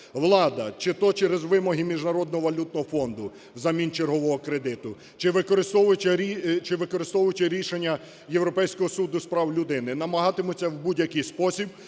Влада, чи то через вимоги Міжнародного валютного фонду взамін чергового кредиту, чи використовуючи рішення Європейську суду з прав людини, намагатиметься в будь-який спосіб